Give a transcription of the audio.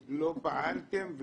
פעלתם,